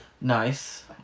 Nice